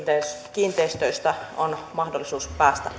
kiinteistöistä on mahdollisuus päästä